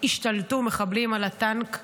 השתלטו מחבלים על הטנק.